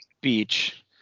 beach